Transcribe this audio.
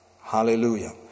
hallelujah